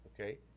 okay